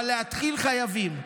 אבל להתחיל חייבים.